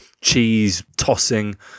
cheese-tossing